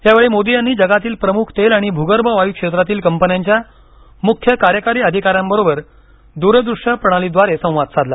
यावेळी मोदी यांनी जगातील प्रमुख तेल आणि भुगर्भ वायू क्षेत्रातील कंपन्यांच्या मुख्य कार्यकारी अधिकाऱ्यांबरोबर दूरदृश्य प्रणालीद्वारे संवाद साधला